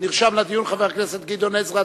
נרשם לדיון חבר הכנסת גדעון עזרא.